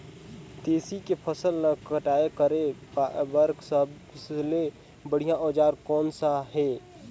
तेसी के फसल ला कटाई करे बार सबले बढ़िया औजार कोन सा हे?